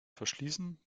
verschließen